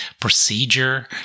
procedure